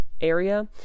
area